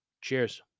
Cheers